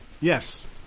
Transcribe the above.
Yes